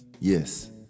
Yes